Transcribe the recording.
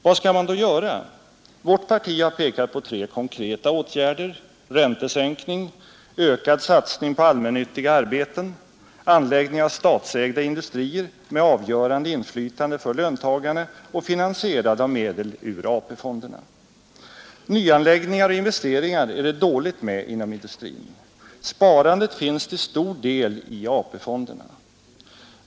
Vad kan man då göra? Vårt parti har pekat på tre konkreta åtgärder: räntesänkning, ökad satsning på allmännyttiga arbeten, anläggning av statsägda industrier med avgörande inflytande för löntagarna och finansierade med medel ur AP-fonderna. Nyanläggningar och investeringar är det dåligt med inom industrin. Sparandet finns till stor del i AP-fonderna.